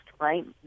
right